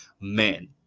men